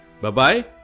Bye-bye